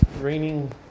raining